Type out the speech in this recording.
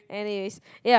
anyways yeah